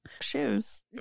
shoes